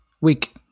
week